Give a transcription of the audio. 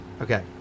Okay